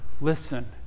listen